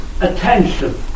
attention